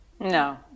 no